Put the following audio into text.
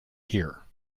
here